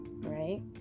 Right